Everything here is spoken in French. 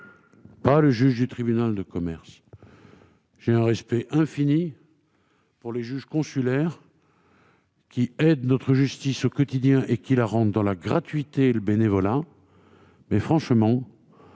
non le juge du tribunal de commerce. J'ai un respect infini pour les juges consulaires, qui aident notre justice au quotidien, et dans la gratuité et le bénévolat. Mais on ne peut